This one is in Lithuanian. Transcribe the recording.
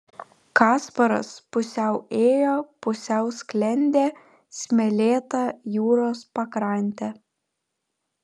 kasparas pusiau ėjo pusiau sklendė smėlėta jūros pakrante